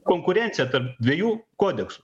konkurencija tarp dviejų kodeksų